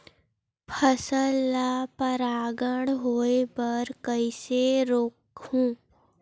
फसल ल परागण होय बर कइसे रोकहु?